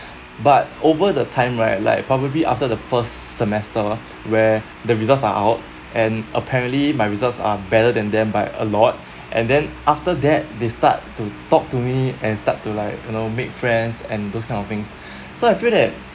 but over the time right like probably after the first semester where the results are out and apparently my results are better than them by a lot and then after that they start to talk to me and start to like you know make friends and those kind of things so I feel that